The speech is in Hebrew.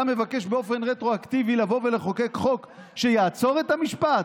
אתה מבקש באופן רטרואקטיבי לבוא ולחוקק חוק שיעצור את המשפט?